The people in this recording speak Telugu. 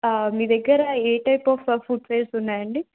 మీ దగ్గర ఏ టైప్ ఆఫ్ ఫుట్వేర్స్ ఉన్నాయండి